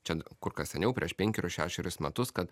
čia kur kas seniau prieš penkerius šešerius metus kad